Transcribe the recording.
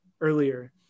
earlier